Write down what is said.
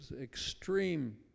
extreme